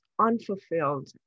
unfulfilled